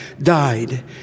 died